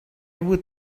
would